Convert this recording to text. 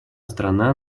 страна